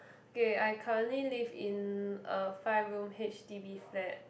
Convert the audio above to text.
okay I currently live in a five room H_D_B flat